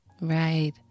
Right